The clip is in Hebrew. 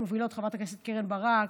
חברת הכנסת קרן ברק,